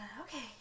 Okay